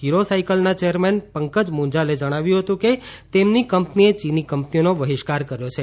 હિરો સાઈકલના ચેરમેન પંકજ મુંજાલે જણાવ્યું હતું કે તેમની કંપનીએ ચીની કંપનીઓનો બહિષ્કાર કર્યો છે